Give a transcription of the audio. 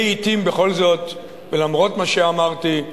לעתים בכל זאת, ולמרות מה שאמרתי,